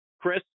chris